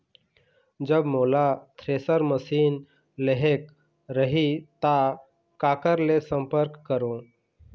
जब मोला thresher machine लेहेक रही ता काकर ले संपर्क करों?